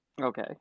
Okay